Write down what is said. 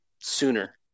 sooner